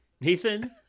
Nathan